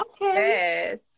Yes